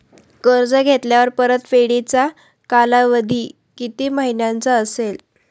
कर्ज घेतल्यावर परतफेडीचा कालावधी किती महिन्यांचा असेल?